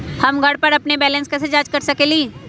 हम घर पर अपन बैलेंस कैसे जाँच कर सकेली?